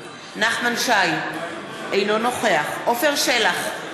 אינו נוכח עפר שלח,